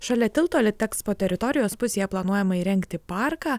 šalia tilto litekspo teritorijos pusėje planuojama įrengti parką